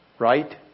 Right